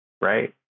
right